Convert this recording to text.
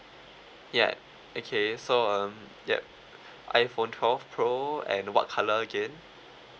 ya okay so um yup iphone twelve pro and what colour again